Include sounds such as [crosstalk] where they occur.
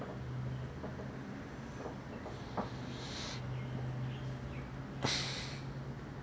[breath]